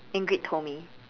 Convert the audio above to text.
Ingrid told me